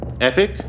Epic